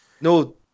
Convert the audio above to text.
no